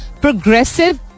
progressive